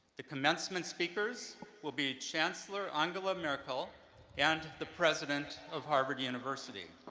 the commencement speakers will be chancellor angela merkel and the president of harvard university.